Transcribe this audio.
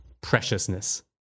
preciousness